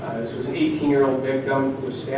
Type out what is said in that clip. this was an eighteen year old victim